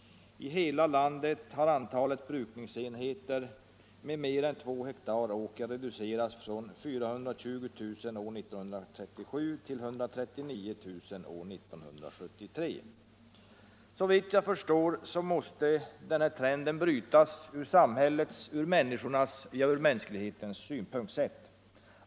I hela landet har antalet brukningsenheter med mer än 2 hektar åker reducerats från 420000 år 1937 till 139 000 år 1973. Såvitt jag förstår måste denna trend brytas ur samhällets, människornas, ja, ur hela mänsklighetens synpunkt sett.